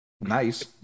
nice